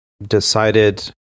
Decided